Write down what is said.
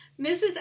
Mrs